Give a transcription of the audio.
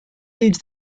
leads